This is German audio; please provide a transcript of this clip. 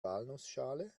walnussschale